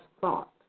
thought